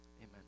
amen